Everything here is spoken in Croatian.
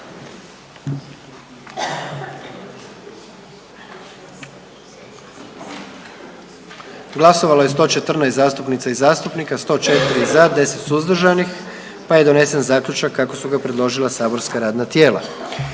Glasovalo je 107 zastupnica i zastupnika, 81 za, 24 suzdržana i 2 protiv pa je donesen zaključak kako ga je predložilo matično radno tijelo.